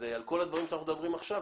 על כל הדברים שאנחנו מדברים עכשיו,